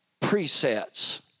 presets